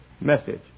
message